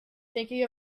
thinking